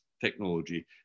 technology